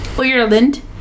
Ireland